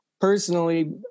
personally